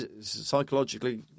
Psychologically